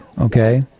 okay